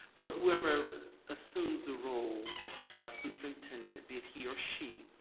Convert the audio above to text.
but whoever assumes the role of superintendent, be it he or she,